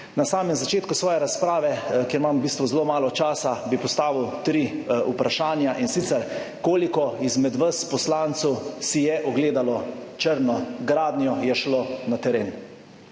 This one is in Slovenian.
Na samem začetku svoje razprave, ker imam v bistvu zelo malo časa, bi postavil tri vprašanja. In sicer, koliko izmed vas poslancev si je ogledalo črno gradnjo, je šlo na teren?